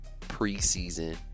preseason